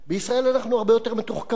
בישראל אנחנו הרבה יותר מתוחכמים,